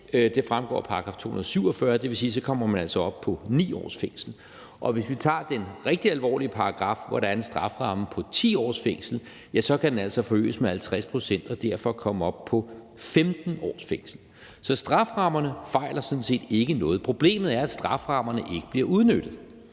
det fremgår af § 247 – og det vil sige, at så kommer man altså op på 9 års fængsel. Og hvis vi tager den rigtig alvorlige paragraf, hvor der er en strafferamme på 10 års fængsel, kan den altså forøges med 50 pct. og derfor komme op på 15 års fængsel. Så strafferammerne fejler sådan set ikke noget. Problemet er, at strafferammerne ikke bliver udnyttet.